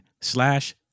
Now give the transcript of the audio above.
slash